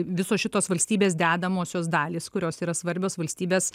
visos šitos valstybės dedamosios dalys kurios yra svarbios valstybės